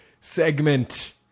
segment